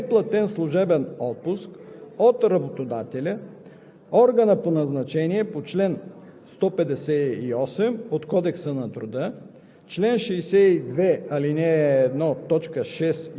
Чл. 59з. (1) За времето на изпълнение на договора за срочна служба в доброволния резерв резервистът има право на неплатен служебен отпуск от работодателя/органа